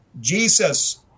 Jesus